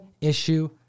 issue